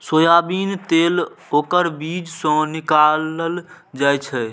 soybean तेल ओकर बीज सं निकालल जाइ छै